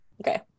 okay